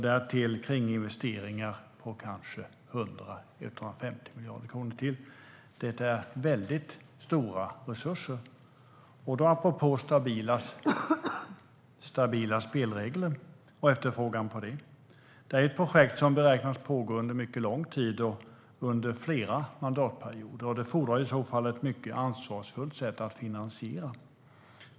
Därtill kommer kringinvesteringar på kanske ytterligare 100-150 miljarder kronor. Det är väldigt stora resurser. Angående efterfrågan på stabila spelregler är detta ett projekt som beräknas pågå under mycket lång tid, under flera mandatperioder. Det fordrar en mycket ansvarsfull och uthållig finansiering.